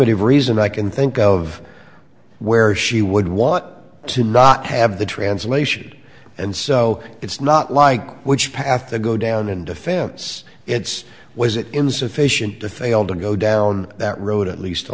affirmative reason i can think of where she would want to not have the translation and so it's not like which path to go down in defense it's was it insufficient to fail to go down that road at least a